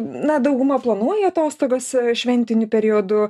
na dauguma planuoja atostogas šventiniu periodu